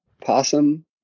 possum